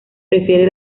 prefiere